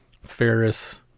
ferris